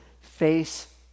face